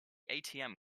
atm